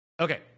Okay